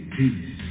peace